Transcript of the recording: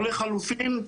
או לחלופין,